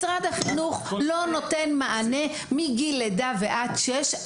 משרד החינוך לא נותן מענה מגיל לידה ועד גיל שש,